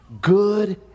good